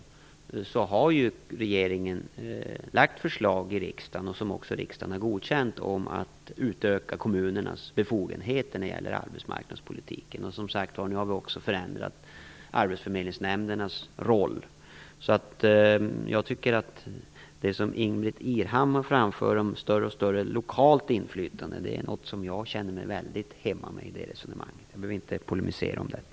Regeringen har ju lagt fram förslag i riksdagen, som riksdagen också har godkänt, om att utöka kommunernas befogenheter när det gäller arbetsmarknadspolitiken. Som sagt var har vi nu också förändrat arbetsförmedlingsnämndernas roll. Det som Ingbritt Irhammar framför om allt större lokalt inflytande är något som jag känner mig väldigt hemma med. Jag behöver inte polemisera om detta.